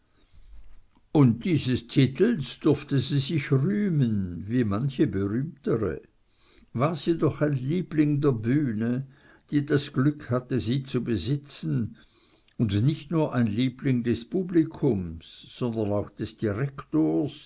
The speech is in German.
und dieses titels durfte sie sich rühmen wie manche berühmtere war sie doch ein liebling der bühne die das glück hatte sie zu besitzen und nicht nur ein liebling des publikums sondern auch des direktors